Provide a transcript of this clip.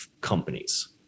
companies